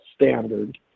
standard